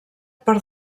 per